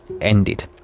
ended